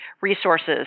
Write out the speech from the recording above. resources